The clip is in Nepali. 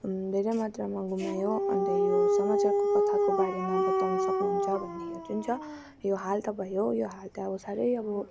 धेरै मात्रामा गुमायो अन्त यो समाचारको कथाको बारेमा बताउन सक्नु हुन्छ भन्ने यो जुन छ यो हाल त भयो यो हाल त अब साह्रै अब